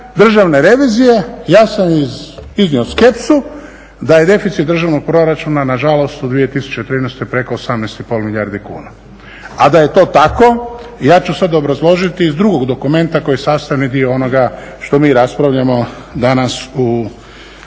Državne revizije ja sam iznio skepsu da je deficit državnog proračuna nažalost u 2013. preko 18,5 milijardi kuna. A da je to tako ja ću sad obrazložiti iz drugog dokumenta koji je sastavni dio onoga što mi raspravljamo danas u